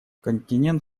континент